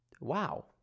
Wow